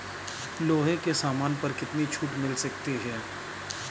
लोहे के सामान पर कितनी छूट मिल सकती है